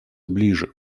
ближе